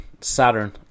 Saturn